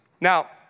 Now